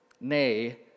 Nay